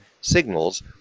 signals